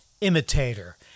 imitator